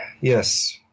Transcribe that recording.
Yes